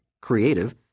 creative